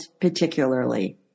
particularly